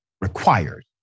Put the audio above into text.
required